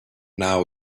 now